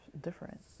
different